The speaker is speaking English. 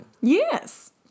Yes